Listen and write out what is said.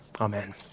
Amen